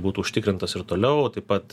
būtų užtikrintas ir toliau taip pat